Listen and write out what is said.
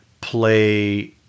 play